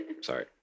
Sorry